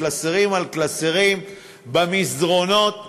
קלסרים על קלסרים במסדרונות,